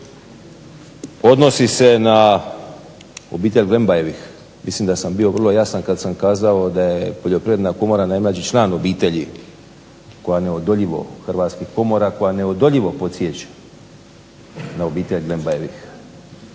Odnosi se na obitelj Glembajevih. Mislim da sam bio vrlo jasan kad sam kazao da je Poljoprivredna komora najmlađi član obitelji hrvatskih komora koja neodoljivo podsjeća na obitelj Glembajevih.